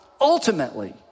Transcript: ultimately